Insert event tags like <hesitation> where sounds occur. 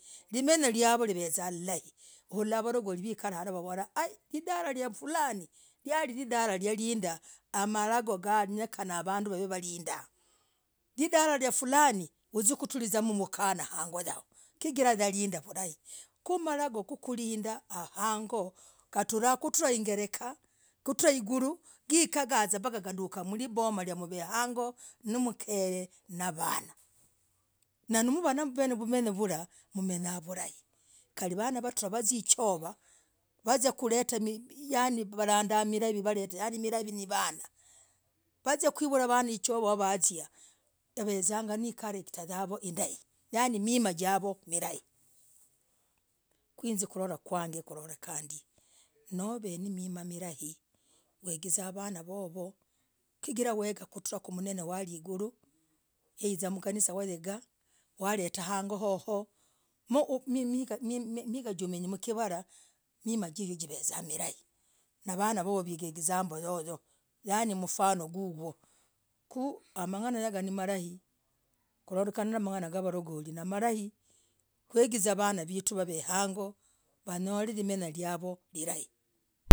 Rimenyah, riavoo hivezah vulai, hulah valagoli ukalah navavoolah ahi lindalah lafulani yalilindalah yalindah, yamalagoo yenyekena vanduu wavalindah lindalah lafulani muzie mtrinze hirah mkarii hang'oo yavooo chigirah walinda vulai ku malagoo kulindaa hang'oo katrah kutrah ingerekah kutrah higuluu gikagazah mpakah iduka mmibomah hangoo nimkere navanah nanimvaanalimenyah vulah mmenyenyah vurahi kali vanaa navatrah navazia hichovaa vazia kuletah yani milavii yani milavi yenyekena yani wakuzia kuvullah vaanah veezagah ne <hesitation> karektah yawoo indaii yani mimaah javoo milaii kwihinz <hesitation> kukorah kwang <hesitation> mimaah javoo nimilai kwihinz <hesitation> kukorah kwang <hesitation> kuloreka ndii noo v <hesitation> namimah milahi ugizaa vanaaa vovoo chigirah wegaa kutrah kumnene waligulu uzie mganisa ulet <hesitation> migachemenji mkivarah mimaah javoo givaza milavi na vanaa vovoo wegizah mimaah rilahi vaezah egizamboo yoyoyo yani mfano guguo ku, amanganah agah nialahi kundondekana na valagoli malahi kugizaa vanaa vetuu angooo vanyol <hesitation> limenya livoo vulai.